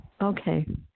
Okay